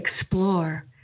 explore